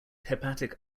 hepatic